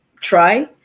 try